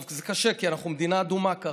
זה קשה, כי אנחנו מדינה אדומה כרגע,